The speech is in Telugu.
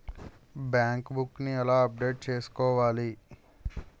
బ్యాంక్ బుక్ నీ ఎలా అప్డేట్ చేసుకోవాలి?